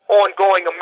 ongoing